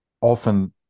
often